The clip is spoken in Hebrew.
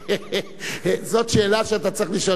זאת שאלה שאתה צריך לשאול את עצמך.